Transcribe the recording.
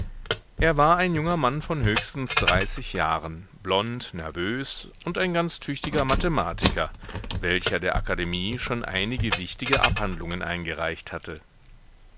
er war ein junger mann von höchstens dreißig jahren blond nervös und ein ganz tüchtiger mathematiker welcher der akademie schon einige wichtige abhandlungen eingereicht hatte